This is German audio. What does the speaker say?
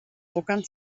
druckern